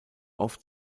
oft